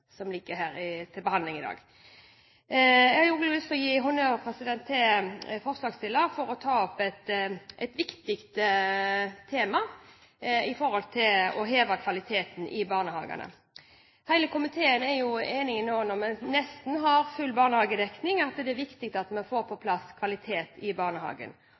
som ligger til behandling i dag. Jeg har også lyst til å gi honnør til forslagsstillerne for å ta opp et viktig tema med tanke på å heve kvaliteten i barnehagene. Hele komiteen er enig i, nå når vi nesten har full barnehagedekning, at det er viktig at vi får på plass kvalitet i barnehagen.